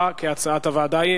2003 ו-2004) (תיקון מס' 15) עברה כהצעת הוועדה.